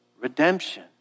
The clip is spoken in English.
redemption